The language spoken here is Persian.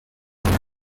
اخبار